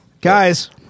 Guys